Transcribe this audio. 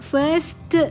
First